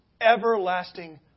Everlasting